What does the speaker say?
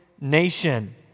nation